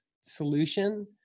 solution